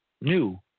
new